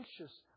anxious